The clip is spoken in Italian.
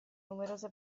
numerose